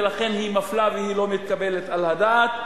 ולכן היא מפלה והיא לא מתקבלת על הדעת.